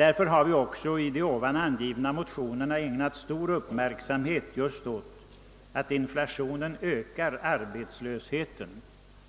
Därför har vi också i de ovan angivna motionerna ägnat stor uppmärksamhet just åt det förhållandet, att inflationen ökar arbetslösheten